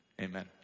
Amen